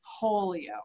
polio